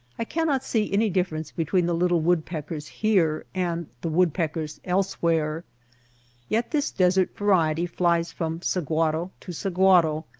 i cannot see any differ ence between the little woodpeckers here and the woodpeckers elsewhere yet this desert va riety flies from sahuaro to sahuaro,